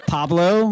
Pablo